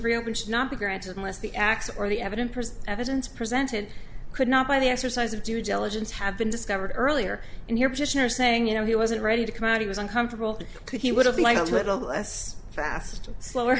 reopen should not be granted unless the acts or the evidence evidence presented could not by the exercise of due diligence have been discovered earlier in your petition or saying you know he wasn't ready to come out he was uncomfortable could he would have liked to have a less faster slower